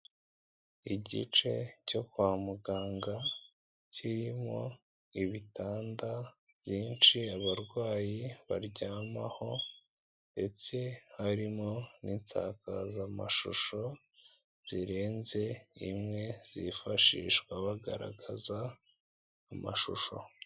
Igice cyo kwa muganga kirimo ibitanda byinshi abarwayi baryamaho, ndetse harimo n'insakazamashusho zirenze imwe zifashishwa bagaragaza amashusho.